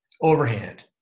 overhand